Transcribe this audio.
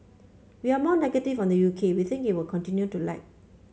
we are more negative on the U K we think it will continue to lag